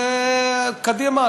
וקדימה,